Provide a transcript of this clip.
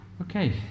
Okay